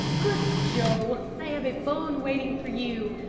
good joe, i have a bone waiting for you.